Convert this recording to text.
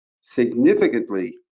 significantly